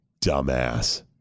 dumbass